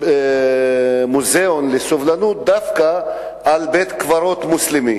מוזיאון לסובלנות דווקא על בית-קברות מוסלמי.